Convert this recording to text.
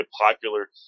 popular